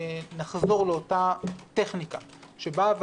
שאנחנו יכולים לתת את הדוגמה הזאת בדברי